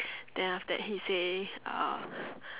then after that he say uh